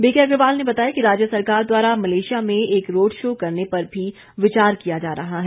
बीकेअग्रवाल ने बताया कि राज्य सरकार द्वारा मलेशिया में एक रोड़शो करने पर भी विचार किया जा रहा है